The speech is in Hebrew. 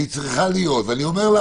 אני לא